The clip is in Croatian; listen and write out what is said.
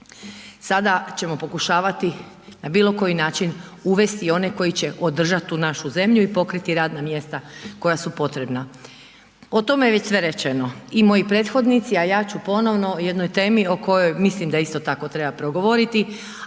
sada ćemo pokušavati na bilo koji način uvesti one koji će održati tu našu zemlju i pokriti radna mjesta koja su potrebna. O tome je već sve rečeno i moji prethodnici, a ja ću ponovno o jednoj temi o kojoj mislim da isto tako treba progovoriti,